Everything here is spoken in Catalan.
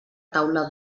taula